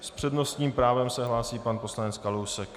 S přednostním právem se hlásí pan poslanec Kalousek.